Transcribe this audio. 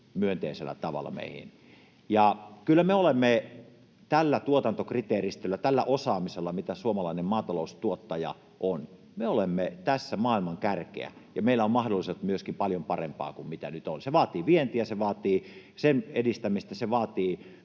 myönteisellä tavalla meihin. Kyllä me olemme tällä tuotantokriteeristöllä, tällä osaamisella, mitä suomalaisella maataloustuottajalla on, maailman kärkeä, ja meillä on mahdollisuudet myöskin paljon parempaan kuin mitä nyt on. Se vaatii vientiä, se vaatii sen edistämistä, se vaatii